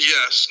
Yes